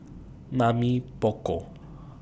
Mamy Poko